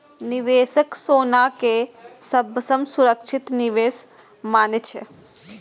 निवेशक सोना कें सबसं सुरक्षित निवेश मानै छै